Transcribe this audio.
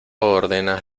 ordenas